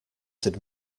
had